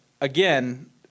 again